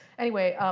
anyway,